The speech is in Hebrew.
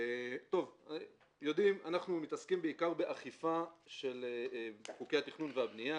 אנחנו מתעסקים בעיקר באכיפה של חוקי התכנון והבנייה